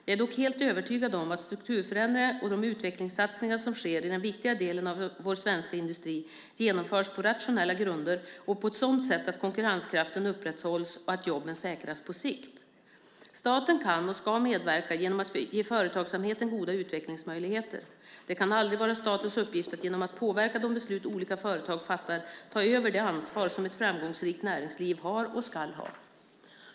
Jag är dock helt övertygad om att de strukturförändringar och de utvecklingssatsningar som sker i den viktiga delen av vår svenska industri genomförs på rationella grunder och på ett sådant sätt att konkurrenskraften upprätthålls och att jobben säkras på sikt. Staten kan och ska medverka genom att ge företagsamheten goda utvecklingsmöjligheter. Det kan aldrig vara statens uppgift att genom att påverka de beslut olika företag fattar ta över det ansvar som ett framgångsrikt näringsliv har och ska ha.